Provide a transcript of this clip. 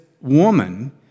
woman